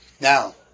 Now